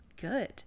good